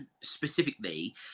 specifically